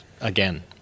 again